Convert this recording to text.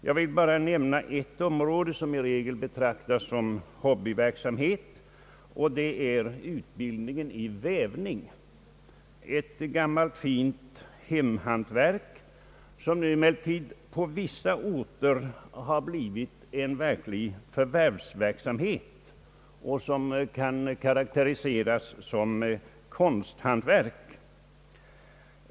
Jag vill bara nämna ett område, som i regel betraktas såsom hobbyverksamhet, nämligen utbildningen i vävning, ett gammalt fint hemhantverk, som nu emellertid på vissa orter har blivit en verklig förvärvsverksamhet och karakteriseras såsom konsthantverk.